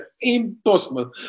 impossible